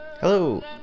Hello